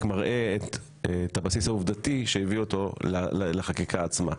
מראה את הבסיס העובדתי שהביא אותו לחקיקה עצמה.